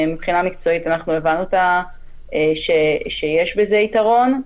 מבחינה מקצועית אנחנו הבנו שיש בזה יתרון,